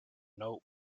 note